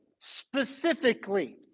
specifically